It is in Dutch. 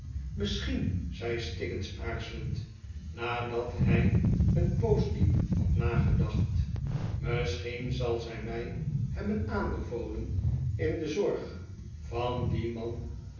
misschien zei stiggins aarzelend nadat hij een poos diep had nagedacht misschien zal zij mij hebben aanbevolen in de zorg van dien man